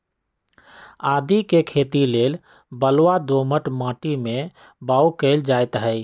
आदीके खेती लेल बलूआ दोमट माटी में बाओ कएल जाइत हई